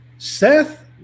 Seth